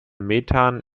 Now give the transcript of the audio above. methan